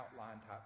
outline-type